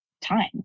time